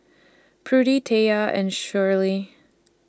Prudie Tayla and Sheri